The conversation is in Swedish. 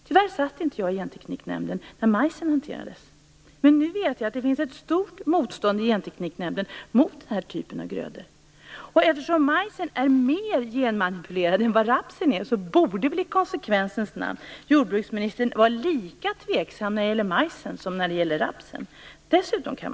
Tyvärr satt inte jag i Gentekniknämnden när majsen hanterades, men nu vet jag att det finns ett stort motstånd i Gentekniknämnden mot den här typen av grödor. Eftersom majsen är mer genmanipulerad än vad rapsen är borde väl jordbruksministern i konsekvensens namn vara lika tveksam när det gäller majsen som när det gäller rapsen.